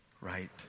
right